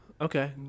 okay